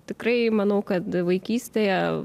tikrai manau kad vaikystėje